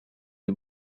you